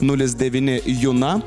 nulis devyni juna